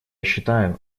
считаю